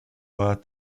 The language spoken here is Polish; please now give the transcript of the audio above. ona